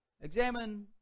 Examine